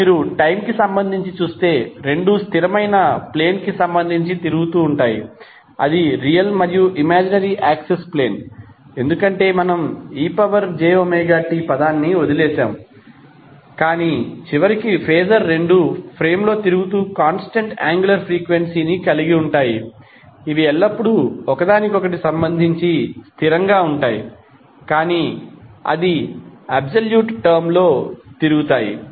ఇప్పుడు మీరు టైమ్ కి సంబంధించి చూస్తే రెండూ స్థిరమైన ప్లేన్ కి సంబంధించి తిరుగుతూ ఉంటాయి అది రియల్ మరియు ఇమాజినరీ యాక్సిస్ ప్లేన్ ఎందుకంటే మనము ejωt పదాన్ని వదిలివేసాము కాని చివరికి ఫేజర్ రెండూ ఫ్రేమ్లో తిరుగుతూ కాంస్టంట్ యాంగ్యులార్ ఫ్రీక్వెన్సీ కలిగి ఉంటాయి అవి ఎల్లప్పుడూ ఒకదానికొకటి సంబంధించి స్థిరంగా ఉంటాయి కాని అబ్సొల్యూట్ టర్మ్ లో తిరుగుతాయి